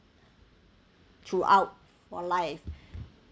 throughout your life